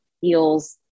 feels